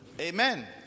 Amen